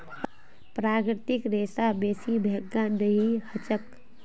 प्राकृतिक रेशा बेसी महंगा नइ ह छेक